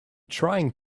trying